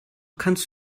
kannst